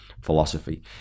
philosophy